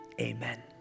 amen